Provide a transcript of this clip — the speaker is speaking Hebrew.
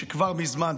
שכבר מזמן,